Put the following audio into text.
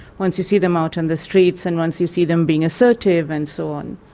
once you see them out on the streets and once you see them being assertive and so on.